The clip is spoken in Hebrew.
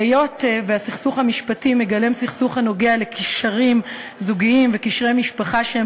היות שהסכסוך המשפטי מגלם סכסוך הנוגע לקשרים זוגיים וקשרי משפחה שהם